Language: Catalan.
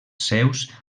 seus